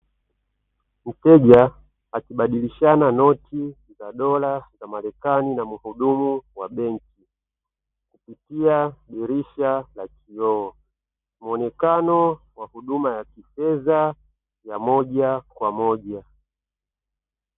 Mteja akibadilishana noti za dola za Marekani na muhudumu wa benki, kupitia dirisha la kioo; mwonekano wa huduma ya kifedha ya moja kwa moja.